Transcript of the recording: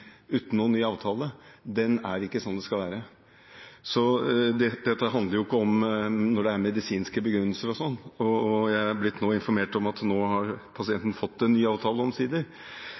uten ny avtale, er ikke som det skal være. Dette handler ikke om tilfeller der det er medisinske begrunnelser – jeg er nå blitt informert om at pasienten omsider har fått en ny avtale – men om